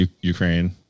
Ukraine